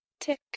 tick